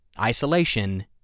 isolation